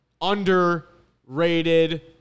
underrated